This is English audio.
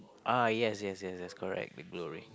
ah yes yes yes that's correct the glory